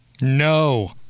No